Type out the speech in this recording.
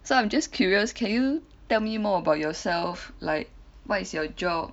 so I'm just curious can you tell me more about yourself like what is your job